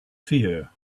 fear